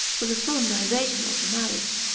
for the solemnization of the marriage.